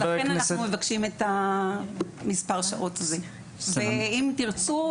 לכן אנחנו מבקשים את המספר שעות זה ואם תרצו,